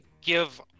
give